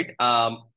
right